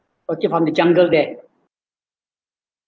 okay from the jungle there